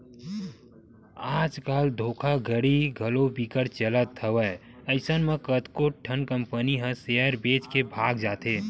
आज कल धोखाघड़ी घलो बिकट के चलत हवय अइसन म कतको ठन कंपनी ह सेयर बेच के भगा जाथे